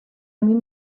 min